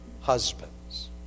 husbands